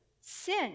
sin